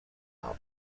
album